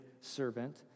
servant